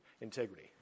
Integrity